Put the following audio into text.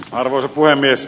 arvoisa puhemies